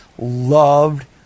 loved